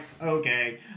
okay